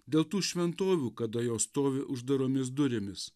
dėl tų šventovių kada jos stovi uždaromis durimis